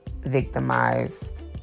victimized